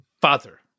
Father